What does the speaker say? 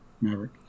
Maverick